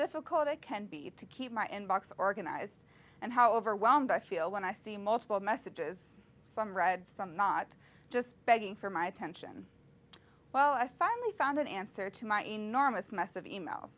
difficult it can be to keep my inbox organized and how overwhelmed i feel when i see multiple messages some read some not just begging for my attention well i finally found an answer to my enormous mess of emails